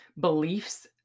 beliefs